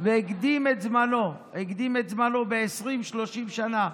והקדים את זמנו, הקדים את זמנו ב-30-20 שנה,